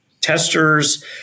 testers